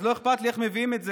אז לא אכפת לי איך מביאים את זה,